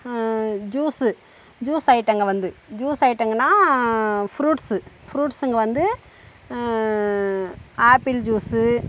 juice juice ஐட்டங்கள் வந்து juice ஐட்டங்கள்னா ஃப்ரூட்ஸு ஃப்ரூட்ஸுங்க வந்து ஆப்பிள் ஜூஸு